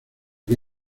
que